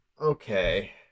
okay